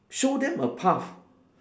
show them a path